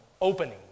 opening